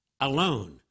alone